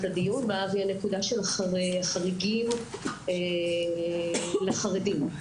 הדיון והיא נקודת החריגים בציבור החרדי.